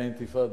האינתיפאדה,